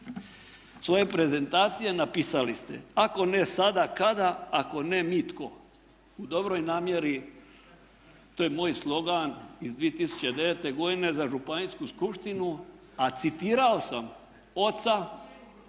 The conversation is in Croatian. svoje prezentacije napisali ste: "Ako ne sada, kada? Ako ne mi, tko?" U dobroj namjeri to je moj slogan iz 2009. godine za županijsku skupštinu a citirao sam oca